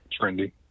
trendy